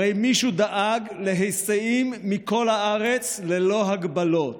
הרי מישהו דאג להיסעים מכל הארץ ללא הגבלות.